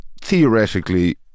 Theoretically